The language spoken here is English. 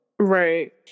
Right